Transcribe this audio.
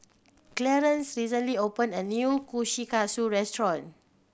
Clearence recently opened a new Kushikatsu restaurant